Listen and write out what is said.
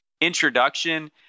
introduction